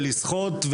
לשחות,